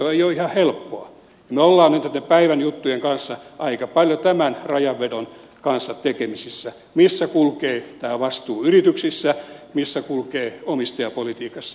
me olemme nyt näiden päivän juttujen kanssa aika paljon tämän rajanvedon kanssa tekemisissä missä kulkee vastuu yrityksissä missä kulkee omistajapolitiikassa